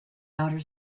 outer